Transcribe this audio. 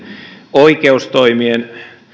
oikeustoimia